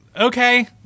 okay